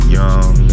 young